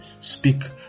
speak